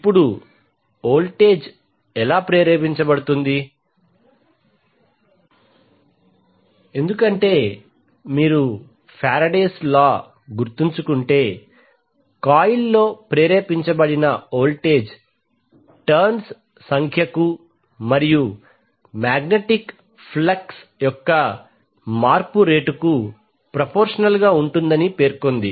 ఇప్పుడు వోల్టేజ్ ఎలా ప్రేరేపించబడుతుంది ఎందుకంటే మీరు ఫెరడేస్ లా గుర్తుంచుకుంటే కాయిల్లో ప్రేరేపించబడిన వోల్టేజ్ టర్న్స్ సంఖ్యకు మరియు మాగ్నెటిక్ ఫ్లక్స్ యొక్క మార్పు రేటుకు ప్రపోర్షనల్ గా ఉంటుందని పేర్కొంది